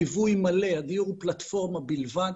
ליווי מלא, הדיור הוא פלטפורמה בלבד.